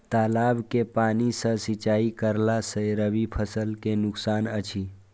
तालाब के पानी सँ सिंचाई करला स रबि फसल के नुकसान अछि?